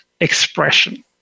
expression